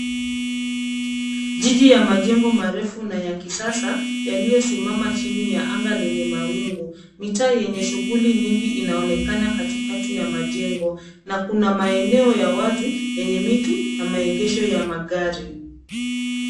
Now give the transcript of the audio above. Jiji ya majengo marefu na ya kisasa, yaliyosimama chini ya anga lenye mawingu. Mitaa yenye shughuli nyingi inaonekana katikati ya majengo, na kuna maeneo ya wazi yenye miti na maegesho ya magari.